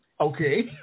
Okay